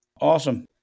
Awesome